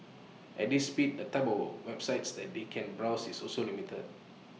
at this speed the type of websites that they can browse is also limited